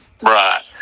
Right